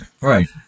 Right